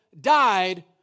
died